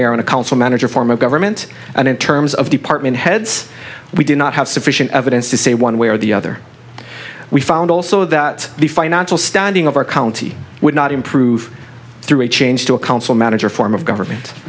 and a council manager form of government and in terms of department heads we do not have sufficient evidence to say one way or the other we found also that the financial standing of our county would not improve through a change to a council manager form of government